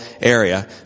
area